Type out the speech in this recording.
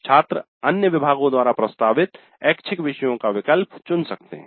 छात्र अन्य विभागों द्वारा प्रस्तावित ऐच्छिक विषयों का विकल्प चुन सकते हैं